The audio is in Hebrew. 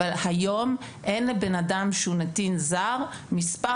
אבל היום אין לבן אדם שהוא נתין זר מספר